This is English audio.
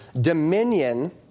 dominion